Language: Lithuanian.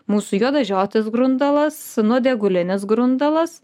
mūsų juodažiotis grundalas nuodėgulinis grundalas